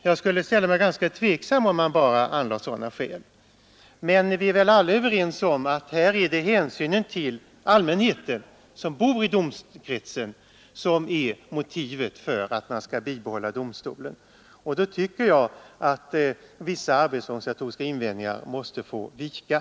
Jag skulle ställa mig tveksam till att man bara angav sådana skäl, men vi är väl alla överens om att det är hänsynen till den allmänhet som bor i domkretsen som utgör motivet till att domstolen bör bibehållas. Därför tycker jag att vissa arbetsorganisatoriska invändningar måste få vika.